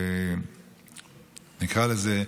נקרא לזה,